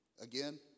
Again